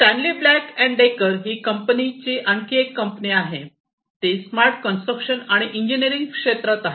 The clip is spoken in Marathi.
स्टॅन्ली ब्लॅक अँड डेकर ही कंपनीची आणखी एक कंपनी आहे ती स्मार्ट कन्स्ट्रक्शन आणि इंजिनिअरिंग क्षेत्रात आहे